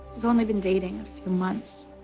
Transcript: we've only been dating a few months.